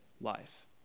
life